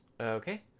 Okay